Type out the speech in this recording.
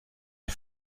des